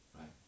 Right